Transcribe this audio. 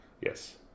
Yes